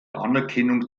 anerkennung